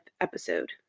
episode